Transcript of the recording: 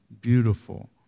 beautiful